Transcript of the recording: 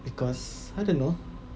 because I don't know